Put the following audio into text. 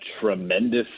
tremendous